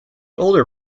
older